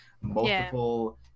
multiple